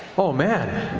oh man.